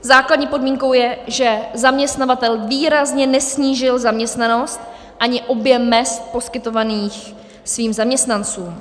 Základní podmínkou je, že zaměstnavatel výrazně nesnížil zaměstnanost ani objem mezd poskytovaných svým zaměstnancům.